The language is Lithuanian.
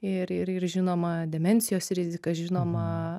ir ir žinoma demencijos rizika žinoma